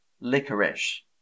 licorice